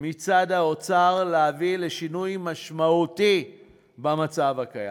מצד האוצר להביא לשינוי משמעותי במצב הקיים.